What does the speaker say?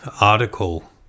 article